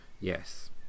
yes